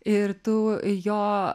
ir tu jo